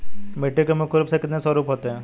मिट्टी के मुख्य रूप से कितने स्वरूप होते हैं?